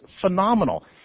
phenomenal